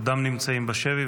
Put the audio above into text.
עודם נמצאים בשבי,